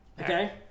Okay